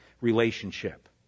relationship